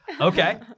Okay